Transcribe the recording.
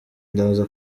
ndaza